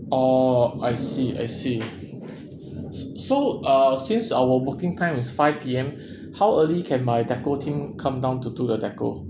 oh I see I see so uh since our booking time is five P_M how early can my decor team come down to the decor